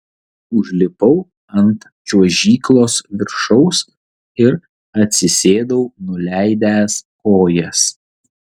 užlipau ant čiuožyklos viršaus ir atsisėdau nuleidęs kojas